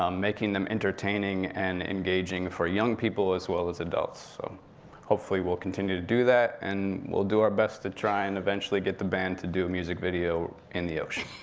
um making them entertaining and engaging for young people, as well as adults. so hopefully we'll continue to do that, and we'll do our best to try and eventually get the band to do a music video in the ocean.